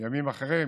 מימים אחרים.